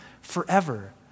forever